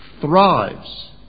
thrives